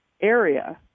area